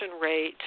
rate